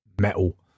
metal